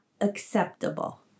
acceptable